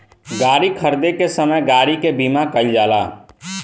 गाड़ी खरीदे के समय गाड़ी के बीमा कईल जाला